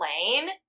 lane